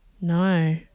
No